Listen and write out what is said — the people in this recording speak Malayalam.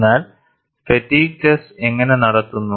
എന്നാൽ ഫാറ്റിഗ് ടെസ്റ്റ് എങ്ങനെ നടത്തുന്നു